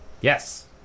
Yes